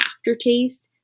aftertaste